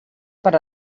per